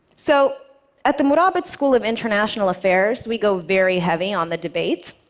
so at the murabit school of international affairs, we go very heavy on the debate,